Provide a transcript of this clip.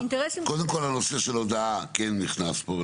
קודם כול, הנושא של ההודעה כן נכנס פה.